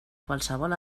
qualsevol